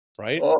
Right